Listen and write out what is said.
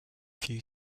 few